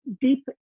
deep